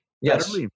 Yes